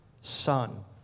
son